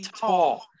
tall